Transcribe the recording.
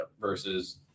versus